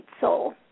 Soul